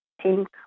pink